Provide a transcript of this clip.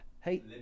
Hey